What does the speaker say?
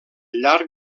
llarg